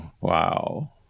Wow